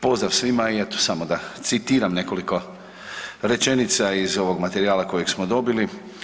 Pozdrav svima i eto samo da citiram nekoliko rečenica iz ovog materijala kojeg smo dobili.